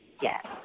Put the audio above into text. yes